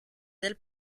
ailes